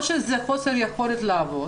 או שזה חוסר יכולת לעבוד